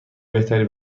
بهتری